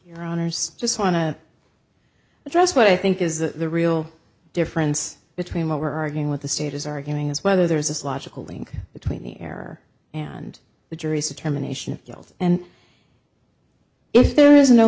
your honour's just want to address what i think is the real difference between what we're arguing with the state is arguing is whether there's this logical link between the air and the jury so terminations guilt and if there is no